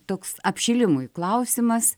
toks apšilimui klausimas